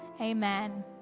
amen